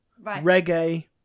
reggae